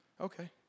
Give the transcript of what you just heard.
Okay